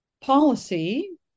policy